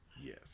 yes